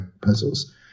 puzzles